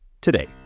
today